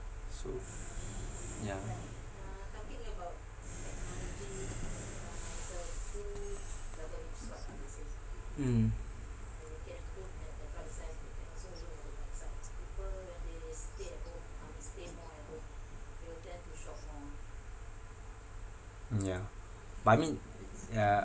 so yeah mm mm yeah but I mean yeah